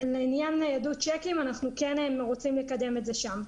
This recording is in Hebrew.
את העניין של ניידות צ'קים אנחנו כן רוצים לקדם את זה שם.